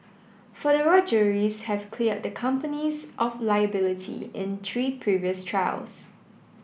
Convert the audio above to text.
federal juries have cleared the companies of liability in three previous trials